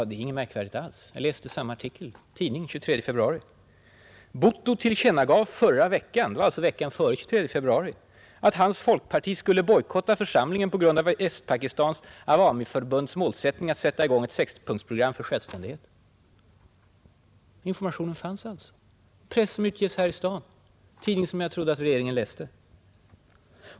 Det är inget märkvärdigt alls — jag läste samma artikel i tidningen den 23 februari: ”Bhutto tillkännagav förra veckan att hans folkparti skulle bojkotta församlingen på grund av Östpakistans Awaniförbunds målsättning att sätta i gång ett sexpunktsprogram för självständighet.” Informationen fanns alltså i en tidning som utges här i staden och som jag trodde att regeringen läste.